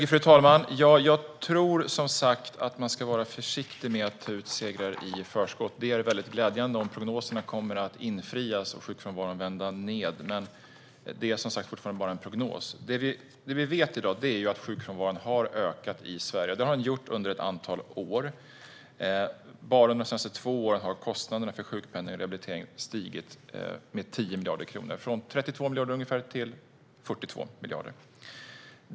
Fru talman! Jag tror att man ska vara försiktig med att ta ut segrar i förskott. Det är glädjande om prognoserna kommer att infrias och sjukfrånvaron vända ned, men det är som sagt bara en prognos. Det vi vet i dag är att sjukfrånvaron har ökat i Sverige. Det har den gjort under ett antal år. Bara under de senaste två åren har kostnaderna för sjukpenning och rehabilitering stigit med 10 miljarder kronor, från ungefär 32 miljarder till 42 miljarder.